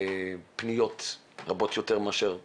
המיוחדת פניות רבות יותר מאשר בשגרה,